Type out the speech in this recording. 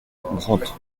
brandt